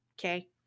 Okay